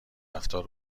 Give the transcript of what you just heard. رفتار